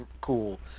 cool